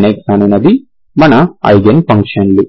nx అనునది మన eigen ఫంక్షన్లు